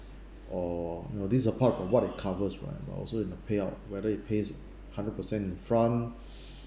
or you know this is a part from what it covers right also in the payout whether it pays hundred per cent in front